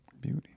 Beauty